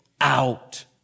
out